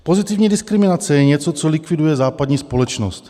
Pozitivní diskriminace je něco, co likviduje západní společnost.